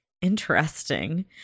interesting